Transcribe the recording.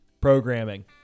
programming